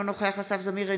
אינו נוכח אסף זמיר,